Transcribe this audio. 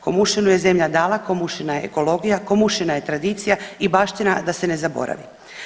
Komušinu je zemlja dala, komušina je ekologija, komušina je tradicija i baština da se ne zaboravi.